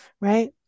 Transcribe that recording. Right